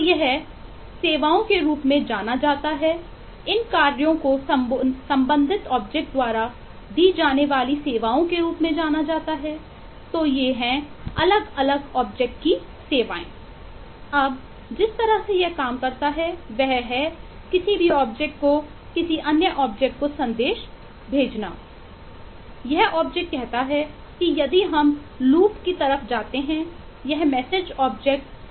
यह ऑब्जेक्ट का उपयोग करना चाहता हूं